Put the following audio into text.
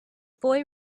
boy